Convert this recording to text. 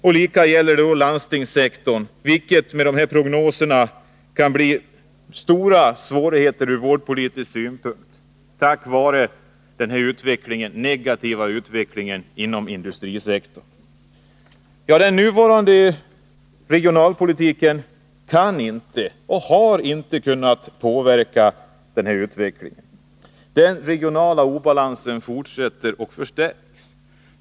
Detsamma gäller landstingssektorn. Enligt de här prognoserna kan det bli stora svårigheter från vårdpolitisk synpunkt på grund av den negativa utvecklingen inom industrisektorn. Den nuvarande regionalpolitiken kan inte och har inte kunnat påverka den här utvecklingen. Den regionala obalansen fortsätter och förstärks.